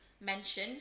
mention